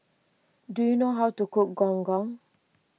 do you know how to cook Gong Gong